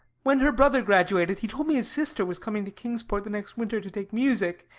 when her brother graduated he told me his sister was coming to kingsport the next winter to take music,